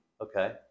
Okay